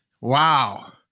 Wow